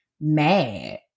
mad